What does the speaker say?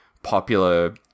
popular